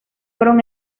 fueron